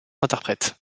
interprètes